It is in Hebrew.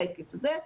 בהיקף הזה.